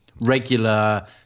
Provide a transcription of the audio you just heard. regular